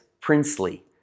princely